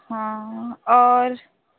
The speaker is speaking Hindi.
हाँ और